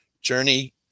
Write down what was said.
Journey